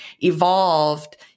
evolved